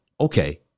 okay